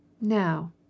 Now